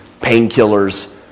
painkillers